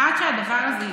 עד שהדבר הזה יקרה,